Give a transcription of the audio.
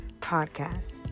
podcast